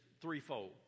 threefold